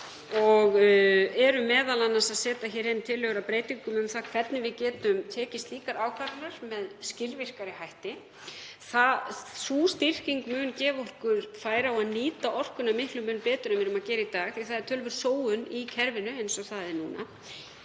og erum m.a. að setja hér inn tillögur að breytingum um það hvernig við getum tekið slíkar ákvarðanir með skilvirkari hætti. Sú styrking mun gefa okkur færi á að nýta orkuna miklum mun betur en við erum að gera í dag því að það er töluverð sóun í kerfinu eins og það er núna.